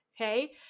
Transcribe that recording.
okay